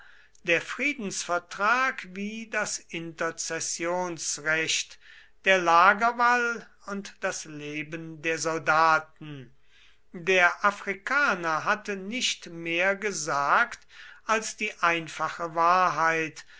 der friedensvertrag wie das interzessionsrecht der lagerwall und das leben der soldaten der afrikaner hatte nicht mehr gesagt als die einfache wahrheit